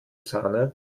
sahne